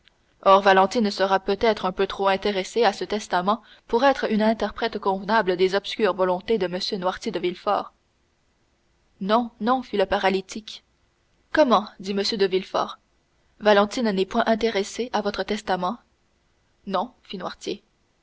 or valentine sera peut-être un peu trop intéressée à ce testament pour être un interprète convenable des obscures volontés de m noirtier de villefort non non fit le paralytique comment dit m de villefort valentine n'est point intéressée à votre testament non fit